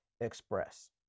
express